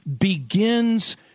begins